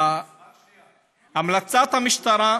רק שנייה, הוא הצביע עליי,